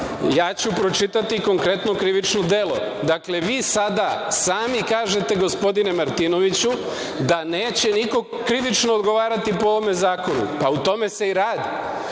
ja ću pročitati konkretno krivično delo. Dakle, vi sada sami kažete, gospodine Martinoviću, da neće niko krivično odgovarati po ovom zakonu. Pa o tome se i radi. Vi